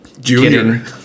junior